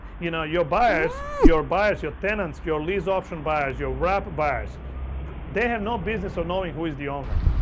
you know your buyers, your buyers your tenants, your lease option buyers your rapid buyers they have no business of knowing who is the owner,